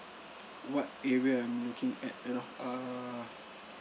what area I'm looking at uh err